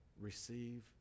receive